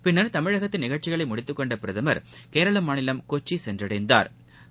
பின்னா் தமிழகத்தில் நிகழ்ச்சிகளை முடித்துக்கொண்ட பிரதமா் கேரள மாநிலம் கொச்சி சென்றடைந்தாா்